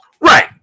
Right